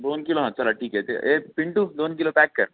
दोन किलो हा चला ठीक आहे ते हे पिंटू दोन किलो पॅक कर